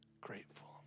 grateful